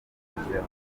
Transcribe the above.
twabigezeho